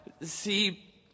see